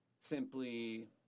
simply